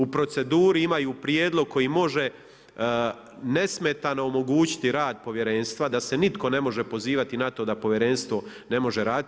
U proceduri imaju prijedlog koji može nesmetano omogućiti rad Povjerenstva, da se nitko ne može pozivati na to da Povjerenstvo ne može raditi.